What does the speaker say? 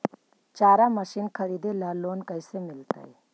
चारा मशिन खरीदे ल लोन कैसे मिलतै?